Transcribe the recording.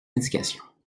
indications